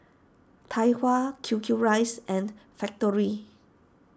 Tai Hua Q Q Rice and Factorie